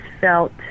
felt